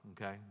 okay